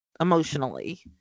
Emotionally